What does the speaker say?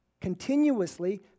Continuously